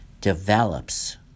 develops